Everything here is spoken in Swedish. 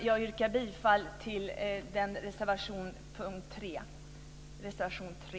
Jag yrkar bifall till reservation 3, punkt 3.